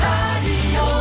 Radio